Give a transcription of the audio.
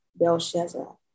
Belshazzar